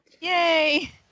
Yay